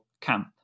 camp